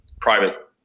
private